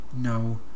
No